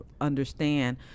understand